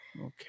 Okay